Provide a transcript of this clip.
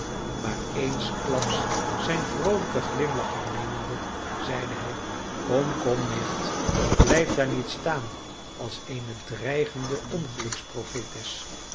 maar eensklaps zijn vroolijken glimlach hernemende zeide hij kom kom nicht blijf daar niet staan als eene dreigende